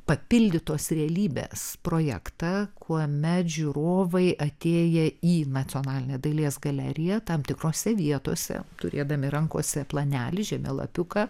papildytos realybės projektą kuomet žiūrovai atėję į nacionalinę dailės galeriją tam tikrose vietose turėdami rankose planelį žemėlapiuką